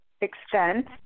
extent